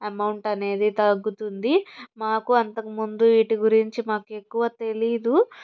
amount అనేది తగ్గుతుంది మాకు అంతకు ముందు వీటి గురించి మాకు ఎక్కువ తెలీదు